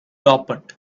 opened